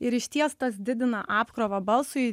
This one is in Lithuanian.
ir išties tas didina apkrovą balsui